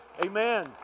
Amen